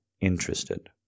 interested